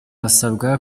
basabwa